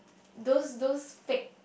those those fake